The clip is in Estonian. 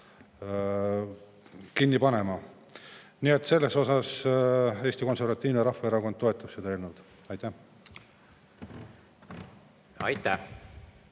kinni panema. Nii et selles osas Eesti Konservatiivne Rahvaerakond toetab seda eelnõu. Aitäh! Aitäh,